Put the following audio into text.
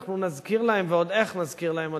אנחנו נזכיר להם ועוד איך נזכיר להם,